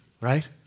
right